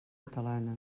catalana